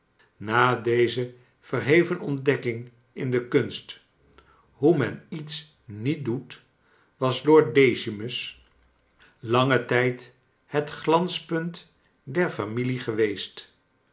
na deze verheven ontdekking in de kunst hoe men iets niet doet was lord decimus langen tijd bet glanspunt der familie geweest